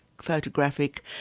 photographic